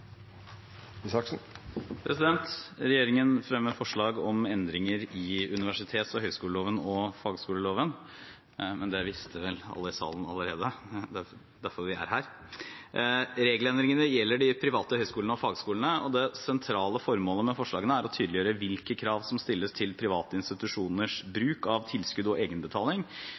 Regjeringen fremmer forslag om endringer i universitets- og høyskoleloven og fagskoleloven – men det visste vel alle i salen allerede, det er derfor vi er her. Regelendringene gjelder de private høyskolene og fagskolene, og det sentrale formålet med forslagene er å tydeliggjøre hvilke krav som stilles til private institusjoners bruk av tilskudd og egenbetaling.